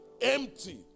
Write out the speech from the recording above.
Empty